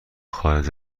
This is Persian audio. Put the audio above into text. خارج